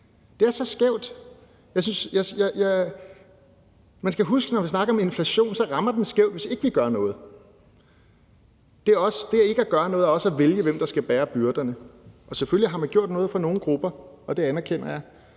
Det er så skævt. Man skal huske, når vi snakker om inflation, at den rammer skævt, hvis ikke vi gør noget. Det ikke at gøre noget er også at vælge, hvem der skal bære byrderne. Og selvfølgelig har man gjort noget for nogle grupper, det anerkender jeg,